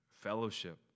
fellowship